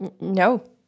No